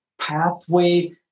pathway